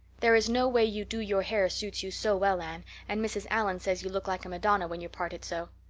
there is no way you do your hair suits you so well, anne, and mrs. allan says you look like a madonna when you part it so.